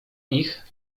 ich